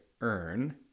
earn